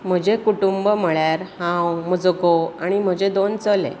म्हजें कुटूंब म्हळ्यार हांव म्हजो घोव आनी म्हजे दोन चले